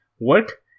work